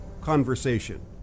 conversation